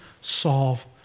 solve